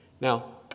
Now